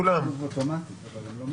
כתוב אוטומטית, אבל הם לא מצטרפים.